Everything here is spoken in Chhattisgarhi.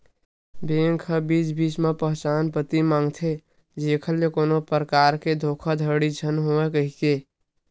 बेंक ह बीच बीच म पहचान पती मांगथे जेखर ले कोनो परकार के धोखाघड़ी झन होवय कहिके